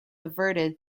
averted